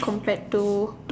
compared to